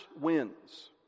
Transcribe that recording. wins